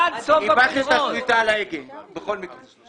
איבדתם את השליטה על ההגה בכל מקרה.